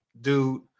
dude